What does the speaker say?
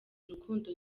urukundo